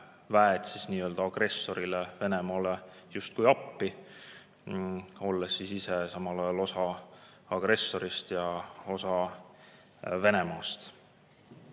väed agressorile, Venemaale justkui appi, olles ise samal ajal osa agressorist ja osa Venemaast.